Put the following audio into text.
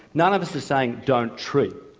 none of us is saying don't treat,